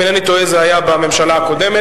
אם אינני טועה, זה היה בממשלה הקודמת.